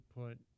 put